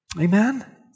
Amen